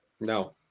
No